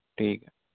ٹھیک ہے